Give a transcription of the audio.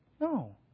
No